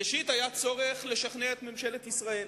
ראשית, היה צורך לשכנע את ממשלת ישראל.